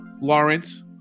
Lawrence